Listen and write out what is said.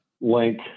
link